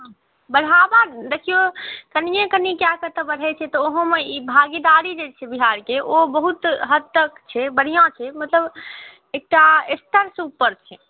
बढ़ावा देखियौ कनिए कनिए कए कऽ तऽ बढ़ै छै तऽ ओहोमे ई भागीदारी जे छै बिहारके ओ बहुत हद तक छै बढ़िआँ छै मतलब एकटा स्तरसँ ऊपर छै